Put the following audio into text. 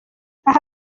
aha